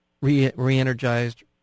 re-energized